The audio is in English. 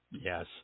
Yes